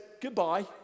goodbye